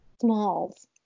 smalls